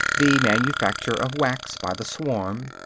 the manufacture of wax by the swarm,